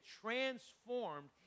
transformed